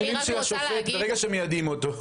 אלה שיקולים של השופט ברגע שמיידעים אותו.